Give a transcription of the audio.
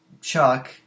Chuck